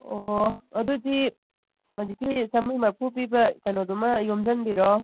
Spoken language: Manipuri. ꯑꯣ ꯑꯗꯨꯗꯤ ꯍꯧꯖꯤꯛꯀꯤ ꯆꯥꯝꯃꯔꯤ ꯃꯔꯤꯐꯨ ꯄꯤꯕ ꯀꯩꯅꯣꯗꯨꯃ ꯌꯣꯝꯁꯤꯟꯕꯤꯔꯣ